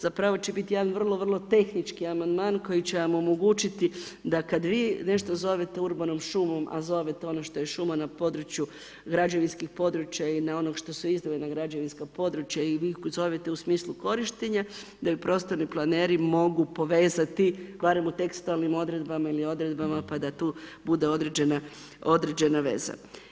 Zapravo će biti jedan vrlo, vrlo tehnički amandman koji će nam omogućiti da kada vi nešto zovete urbanom šumom a zovete ono što je šuma na području građevinskih područja i na onom što su izdvojena građevinska područja i vi zovete u smislu korištenja da ju prostorni planeri mogu povezati barem u tekstualnim odredbama ili odredbama pa da tu bude određena veza.